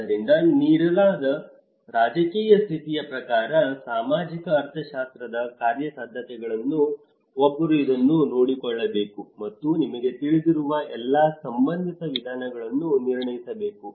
ಆದ್ದರಿಂದ ನೀಡಲಾದ ರಾಜಕೀಯ ಸ್ಥಿತಿಯ ಪ್ರಕಾರ ಸಾಮಾಜಿಕ ಅರ್ಥಶಾಸ್ತ್ರದ ಕಾರ್ಯಸಾಧ್ಯತೆಗಳನ್ನು ಒಬ್ಬರು ಇದನ್ನು ನೋಡಿಕೊಳ್ಳಬೇಕು ಮತ್ತು ನಿಮಗೆ ತಿಳಿದಿರುವ ಎಲ್ಲಾ ಸಂಬಂಧಿತ ವಿಧಾನಗಳನ್ನು ನಿರ್ಣಯಿಸಬೇಕು